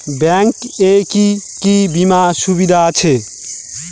Bank এ কি কী বীমার সুবিধা আছে?